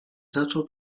zaczął